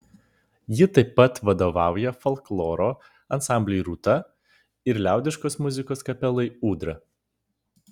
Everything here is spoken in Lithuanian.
ji taip pat vadovauja folkloro ansambliui rūta ir liaudiškos muzikos kapelai ūdra